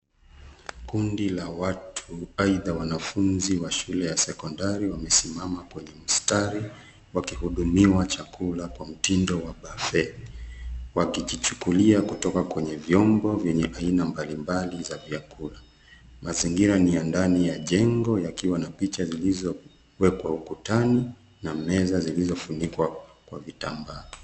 Kundi la watu aidha wanafunzi wa shule ya sekondari wamesimama kwenye mstari, wakihudumiwa chakula kwa mtindo wa buffet , wakijichukulia kutoka kwenye vyombo vyenye aina mbalimbali za vyakula. Mazingira ni ya ndani ya jengo yakiwa na picha zilizowekwa ukutani na meza zilizofunikwa kwa vitambaa.